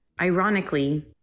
Ironically